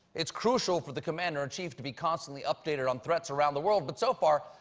it's crucial for the commander in chief to be constantly updated on threats around the world, but so far,